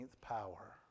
power